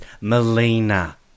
Melina